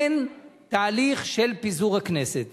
אין תהליך של פיזור הכנסת,